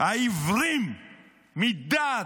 העיוורים מדעת.